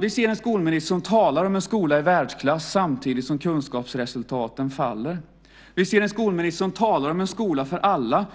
Vi ser en skolminister som talar om en skola i världsklass samtidigt som kunskapsresultaten faller. Vi ser en skolminister som talar om en skola för alla